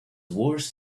worse